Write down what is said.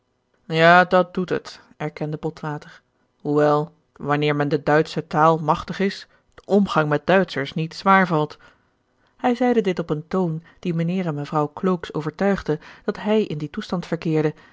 ja dat doet het erkende botwater hoewel wanneer men de duitsche taal machtig is de omgang met duitschers niet zwaar valt hij zeide dit op een toon die mijnheer en mevrouw klooks overtuigde dat hij in dien toestand verkeerde